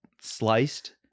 sliced